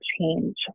change